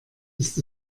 ist